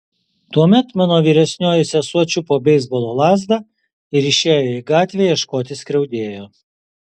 tuomet mano vyresnioji sesuo čiupo beisbolo lazdą ir išėjo į gatvę ieškoti skriaudėjo